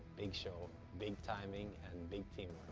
big show, big timing, and big teamwork.